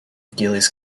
giles